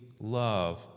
love